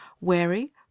Wary